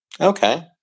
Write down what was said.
Okay